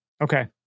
Okay